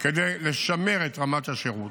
כדי לשמר את רמת השירות,